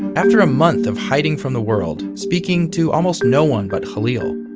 after a month of hiding from the world, speaking to almost no one but khalil,